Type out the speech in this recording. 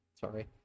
Sorry